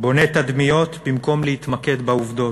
בונה תדמיות במקום להתמקד בעובדות,